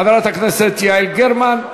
חברת הכנסת יעל גרמן,